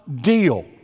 deal